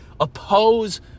oppose